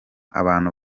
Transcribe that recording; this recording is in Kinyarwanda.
abantu